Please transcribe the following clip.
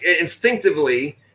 instinctively